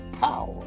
power